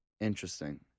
Interesting